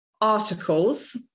articles